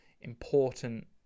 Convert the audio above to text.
important